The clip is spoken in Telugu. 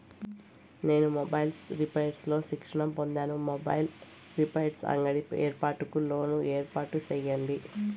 నేను మొబైల్స్ రిపైర్స్ లో శిక్షణ పొందాను, మొబైల్ రిపైర్స్ అంగడి ఏర్పాటుకు లోను ఏర్పాటు సేయండి?